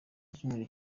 icyumweru